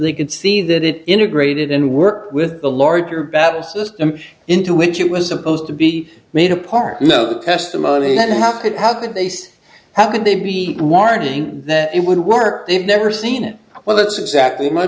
they can see that it integrated and work with the larger battle system into which it was supposed to be made a part no testimony that how could how could they so how could they be warning that it would work they've never seen it well that's exactly my